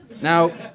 Now